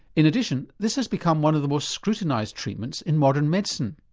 in addition, this has become one of the most scrutinised treatments in modern medicine.